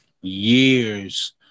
years